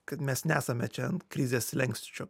kad mes nesame čia ant krizės slenksčio